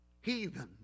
heathen